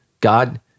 God